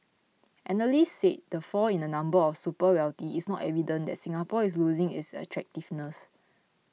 analysts said the fall in the number of super wealthy is not evidence that Singapore is losing its attractiveness